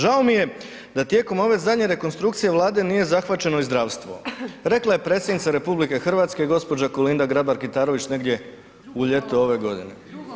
Žao mi je da tijekom ove zadnje rekonstrukcije Vlade nije zahvaćeno i zdravstvo“, rekla je predsjednica RH, gđa. Kolinda Grabar Kitarović negdje u ljeto ove godine.